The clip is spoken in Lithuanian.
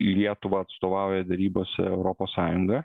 lietuvą atstovauja derybose europos sąjunga